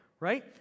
Right